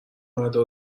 مردا